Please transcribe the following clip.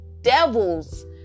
devil's